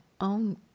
own